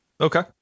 Okay